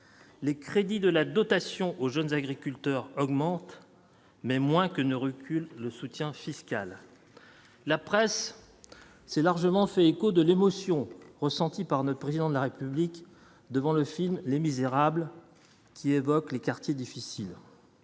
les crédits de la dotation aux jeunes agriculteurs augmentent, mais moins que ne recule le soutien fiscal, la presse s'est largement fait écho de l'émotion ressentie par notre président de la République devant le film Les Misérables, qui évoque les quartiers difficiles,